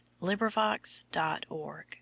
LibriVox.org